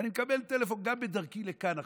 ואני מקבל טלפון גם, בדרכי לכאן עכשיו,